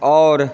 आओर